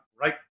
right